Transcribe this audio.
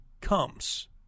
comes